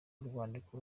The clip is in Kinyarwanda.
urwandiko